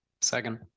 second